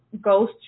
goes